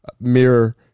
Mirror